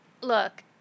Look